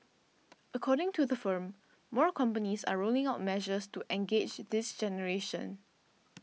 according to the firm more companies are rolling out measures to engage this generation